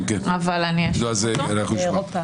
כן, אז אנחנו נשמע.